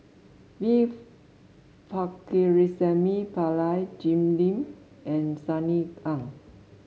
V Pakirisamy Pillai Jim Lim and Sunny Ang